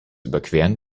überqueren